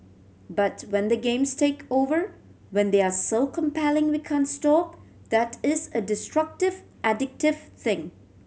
but when the games take over when they are so compelling we can't stop that is a destructive addictive thing